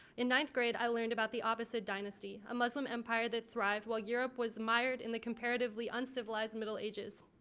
in ninth grade i learned about the abbasid dynasty a muslim empire that thrived while europe was mired in the comparatively uncivilized middle ages.